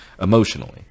emotionally